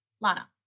Lana